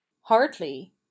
hardly